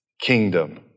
kingdom